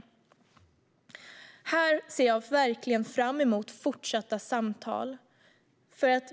Jag ser verkligen fram emot fortsatta samtal.